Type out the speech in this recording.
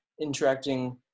interacting